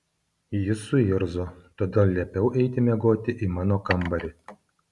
jis suirzo todėl liepiau eiti miegoti į mano kambarį